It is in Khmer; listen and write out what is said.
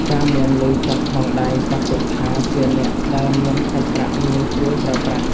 ការមានលុយសុទ្ធក្នុងដៃ ចាត់ទុកថាជាអ្នកដែលមានសាច់ប្រាក់ងាយស្រួលប្រើប្រាស់។